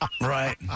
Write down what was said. right